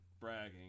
bragging